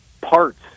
parts